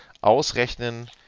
ausrechnen